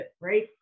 right